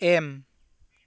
M